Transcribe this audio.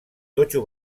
totxo